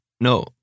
no